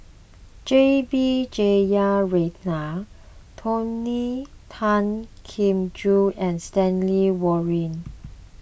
J B Jeyaretnam Tony Tan Keng Joo and Stanley Warren